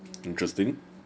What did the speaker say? mm